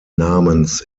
namens